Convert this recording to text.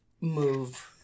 move